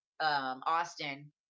Austin